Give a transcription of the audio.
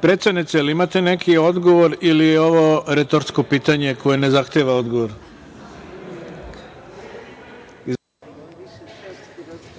Predsednice imate neki odgovor ili je ovo retorsko pitanje koje ne zahteva odgovor?